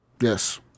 Yes